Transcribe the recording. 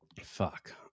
Fuck